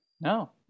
No